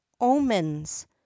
OMENS